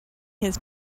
his